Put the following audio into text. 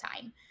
time